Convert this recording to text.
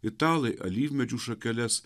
italai alyvmedžių šakeles